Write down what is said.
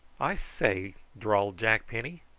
i say, drawled jack penny,